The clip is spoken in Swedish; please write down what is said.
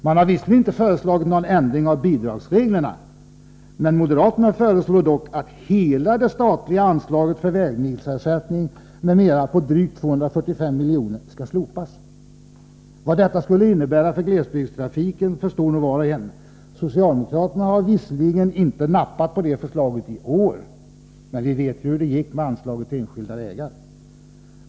De har visserligen inte föreslagit någon ändring av bidragsreglerna, men de föreslår att hela det statliga anslaget för vägmilersättning m.m. på drygt 245 milj.kr. skall slopas. Vad detta skulle innebära för glesbygdstrafiken förstår nog var och en. Socialdemokraterna har visserligen inte nappat på detta förslag i år — men vi vet ju hur det gick med anslaget till enskilda vägar.